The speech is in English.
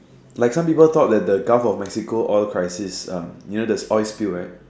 like some people thought that the Gulf of Mexico oil crisis um you know the oil spill right